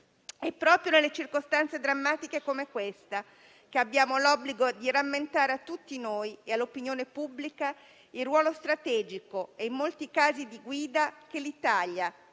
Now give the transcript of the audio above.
È proprio nelle circostanze drammatiche come questa che abbiamo l'obbligo di rammentare a tutti noi e all'opinione pubblica il ruolo strategico e, in molti casi, di guida che l'Italia,